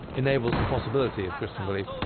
enables the possibility of christian belief,